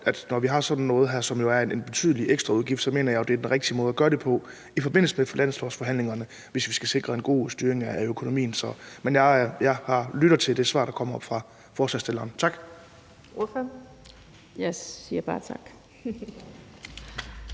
når vi har sådan noget her, som jo er en betydelig ekstraudgift, så mener jeg jo den rigtige måde at gøre det på er i forbindelse med finanslovsforhandlingerne, hvis vi skal sikre en god styring af økonomien. Men jeg lytter til det svar, der kommer fra ordføreren for